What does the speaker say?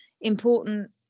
important